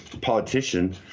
politician